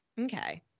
Okay